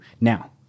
Now